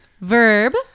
Verb